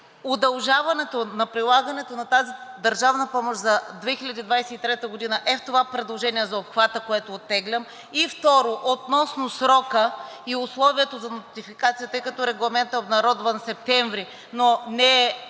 удължаването на прилагането на тази държавна помощ за 2023 г. е в това предложение за обхвата, което оттеглям. И второ, относно срока и условието за нотификация, тъй като Регламентът е обнародван септември, но не е